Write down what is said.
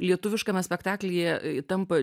lietuviškame spektaklyje tampa